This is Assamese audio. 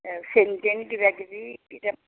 এই চেইন তেইন কিবাকিবিকেইটা